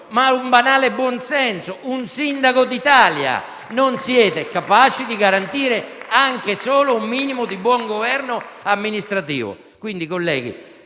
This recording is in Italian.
ma un banale buon senso, un sindaco d'Italia. Non siete capaci di garantire anche solo un minimo di buon governo amministrativo. Colleghi,